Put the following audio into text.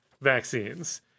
vaccines